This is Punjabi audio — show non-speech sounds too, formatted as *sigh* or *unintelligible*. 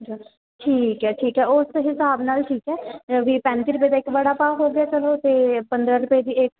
*unintelligible* ਠੀਕ ਹੈ ਠੀਕ ਹੈ ਉਸ ਹਿਸਾਬ ਨਾਲ ਠੀਕ ਹੈ ਵੀ ਪੈਂਤੀ ਰੁਪਏ ਦਾ ਇੱਕ ਵੜਾ ਪਾਓ ਹੋ ਗਿਆ ਚਲੋ ਅਤੇ ਪੰਦਰ੍ਹਾਂ ਰੁਪਏ ਦੀ ਇੱਕ